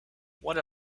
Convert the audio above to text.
what